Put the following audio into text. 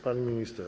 Pan minister.